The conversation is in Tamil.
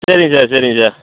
சரிங்க சார் சரிங்க சார்